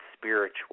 spiritual